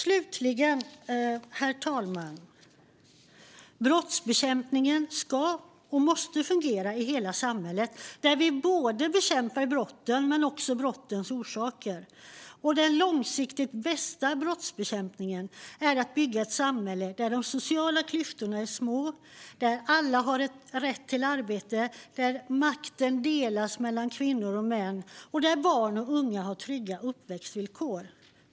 Slutligen måste brottsbekämpningen fungera i hela samhället, där vi både bekämpar brotten och brottens orsaker. Den långsiktigt bästa brottsbekämpningen är att bygga ett samhälle där de sociala klyftorna är små, där alla har rätt till arbete, där makten delas mellan kvinnor och män och där barn och unga har trygga uppväxtvillkor.